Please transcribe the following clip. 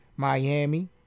Miami